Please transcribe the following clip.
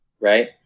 Right